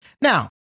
Now